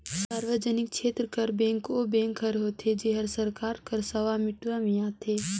सार्वजनिक छेत्र कर बेंक ओ बेंक हर होथे जेहर सरकार कर सवामित्व में आथे